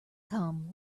come